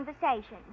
conversation